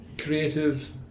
creative